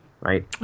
Right